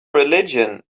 religion